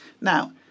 Now